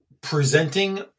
presenting